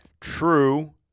True